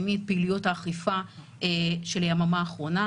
את פעילויות האכיפה של היממה האחרונה